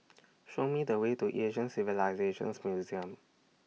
Show Me The Way to Asian Civilisations Museum